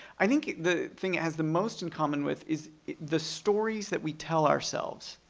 i think the thing it has the most in common with is the stories that we tell ourselves.